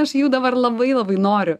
aš jų dabar labai labai noriu